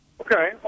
Okay